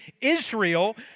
Israel